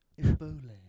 Ebola